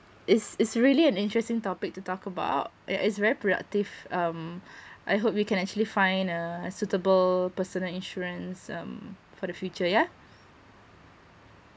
it's it's really an interesting topic to talk about yeah it's very productive um I hope you can actually find a suitable personal insurance um for the future yeah